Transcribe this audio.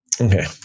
Okay